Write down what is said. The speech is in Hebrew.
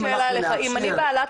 אם אנחנו נאשר לאופטומטריסטים,